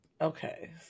okay